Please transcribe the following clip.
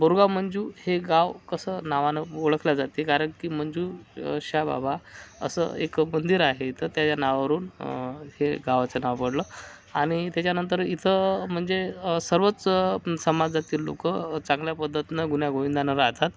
बोरगाव मंजू हे गाव कसं नावानं ओळखल्या जाते कारण की मंजू अशा बाबा असं एक मंदिर आहे तर त्या नावावरून हे गावाचं नाव पडलं आणि त्याच्या नंतर इथं म्हणजे सर्वच समाजाचे लोकं चांगल्या पद्धतीनं गुण्यागोविंदानं राहतात